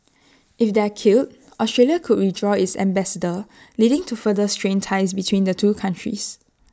if they are killed Australia could withdraw its ambassador leading to further strained ties between the two countries